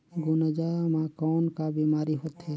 गुनजा मा कौन का बीमारी होथे?